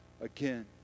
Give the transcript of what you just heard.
again